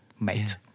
Mate